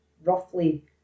roughly